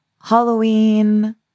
Halloween